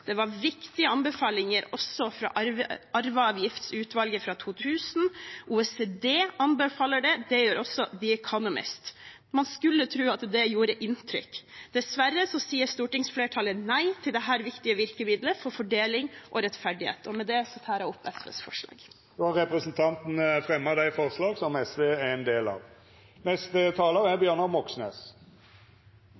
Det kom også viktige anbefalinger fra Arveavgiftsutvalget fra 2000. OECD anbefaler det, og det gjør også The Economist. Man skulle tro at det gjorde inntrykk. Dessverre sier stortingsflertallet nei til dette viktige virkemiddelet for fordeling og rettferdighet. Med det tar jeg opp de forslagene SV er en del av. Representanten